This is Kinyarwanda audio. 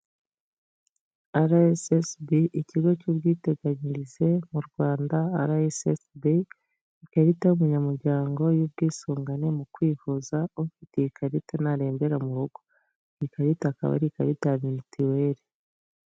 RSSB ikigo cy'ubwiteganyirize mu Rwanda, RSSB ikarita y' umunyamuryango y'ubwisungane mu kwivuza, ufite iyi karita ntarembera mu rugo, ikarita akaba ari ikarita ya mitiweli.